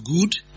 good